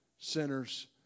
sinners